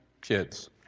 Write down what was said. kids